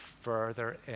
further